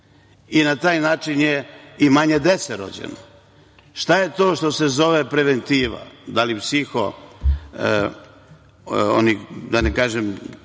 i na taj način je i manje dece rođeno. Šta je to što se zove preventiva? Da li psihijatri,